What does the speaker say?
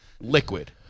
liquid